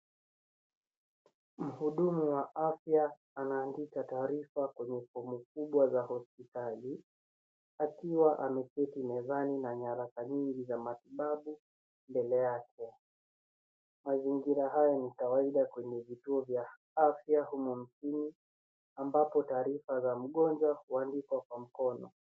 Mhudumu wa afya anaandika taarifa kwenye chombo kubwa la hospitali akiwa ameketi mezani na nyaraka nyingi za matibabu mbele yake. Mazingira haya ni kawaida kwenye vituo vya afya humu nchini ambapo taarifa ya mgonjwa huandikwa kwa mkono.